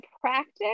practice